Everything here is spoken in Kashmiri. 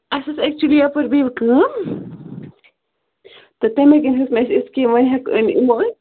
اَسہِ ٲس ایٚکچُلی یَپٲرۍ بِہِو کٲم تہٕ تَمے کِنۍ ہیٚو نہٕ اَسہِ أسۍ کیٚنٛہہ وۄنۍ ہٮ۪کہٕ أمۍ یِمو أسۍ